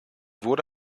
wurde